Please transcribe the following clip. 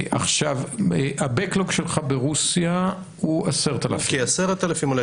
ה-backlog שלך ברוסיה הוא 10,000. כ-10,000,